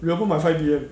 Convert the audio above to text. remember by five pm